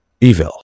evil